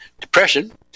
depression